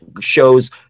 shows